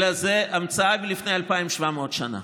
אלא זו המצאה מלפני 2,700 שנה.